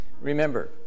Remember